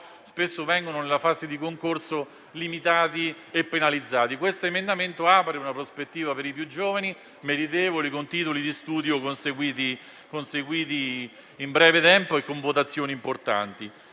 spesso in fase di concorso vengono limitati e penalizzati. L'emendamento relativo apre una prospettiva per i più giovani meritevoli, con titoli di studio conseguiti in breve tempo e con votazioni importanti.